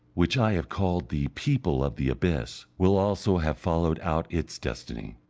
which i have called the people of the abyss, will also have followed out its destiny.